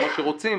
כמו שרוצים.